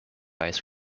ice